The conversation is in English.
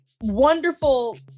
wonderful